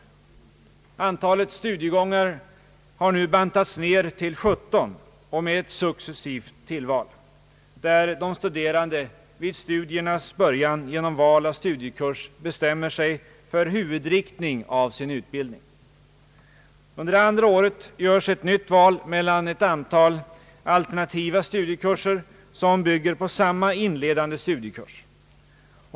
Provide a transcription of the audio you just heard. Antalet studiegångar har nu bantats ned till 17 med successivt tillval. Vid studiernas början bestämmer sig de studerande genom val av studiekurs för huvudriktningen i sin utbildning. Under det andra året görs ett nytt val av ett antal alternativa studiekurser, som bygger på samma inledande studiekurs.